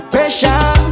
Pressure